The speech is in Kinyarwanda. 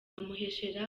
nyamuheshera